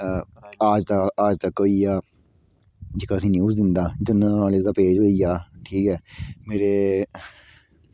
आज तक होईया जेह्का असें न्यूज़ दिंदा जनर्ल नालेज़ दा पेज होइया ठीक ऐ मेरे